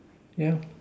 yeah